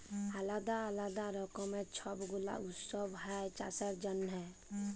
আলদা আলদা রকমের ছব গুলা উৎসব হ্যয় চাষের জনহে